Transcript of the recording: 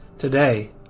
Today